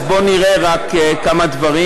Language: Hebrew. אז בואו נראה רק כמה דברים.